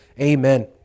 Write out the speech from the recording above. Amen